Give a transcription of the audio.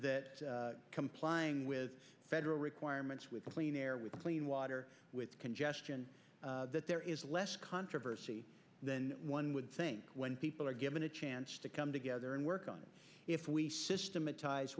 are complying with federal requirements with clean air with clean water with congestion that there is less controversy than one would think when people are given a chance to come together and work on it if we system